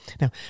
Now